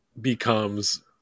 becomes